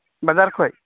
ᱵᱟᱡᱟᱨ ᱠᱷᱚᱡ